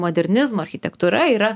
modernizmo architektūra yra